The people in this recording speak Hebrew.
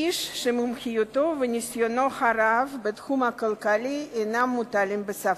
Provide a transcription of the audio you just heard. איש שמומחיותו וניסיונו הרב בתחום הכלכלי אינם מוטלים בספק.